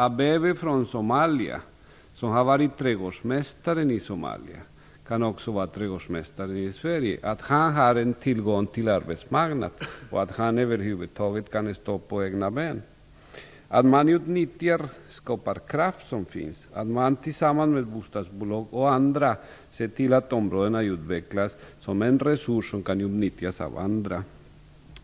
Abebe från Somalia som har varit trädgårdsmästare i Somalia kan också vara trädgårdsmästare i Sverige. Man måste se att han är en tillgång för arbetsmarknaden och att han över huvud taget kan stå på egna ben. Man skall utnyttja den skaparkraft som finns och tillsammans med bostadsbolag och andra se till att områdena utvecklas som en resurs som kan utnyttjas av andra.